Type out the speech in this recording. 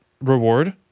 reward